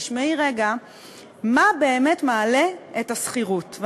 תשמעי רגע מה באמת מעלה את השכירות,